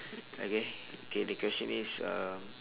okay K the question is uh